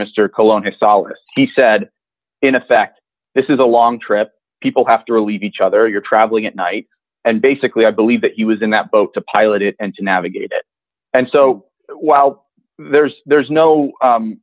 mr cologne to solace he said in effect this is a long trip people have to relieve each other you're traveling at night and basically i believe that he was in that boat the pilot and to navigate it and so while there's there's no